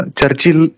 Churchill